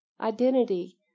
Identity